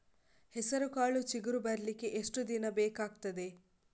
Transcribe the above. ಹೆಸರುಕಾಳು ಚಿಗುರು ಬರ್ಲಿಕ್ಕೆ ಎಷ್ಟು ದಿನ ಬೇಕಗ್ತಾದೆ?